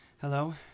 Hello